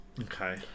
Okay